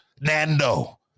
Nando